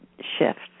shifts